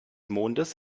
mondes